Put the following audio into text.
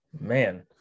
man